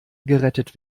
gerettet